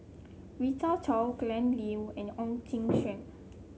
Rita Chao Glen Goei and Ong Kim Seng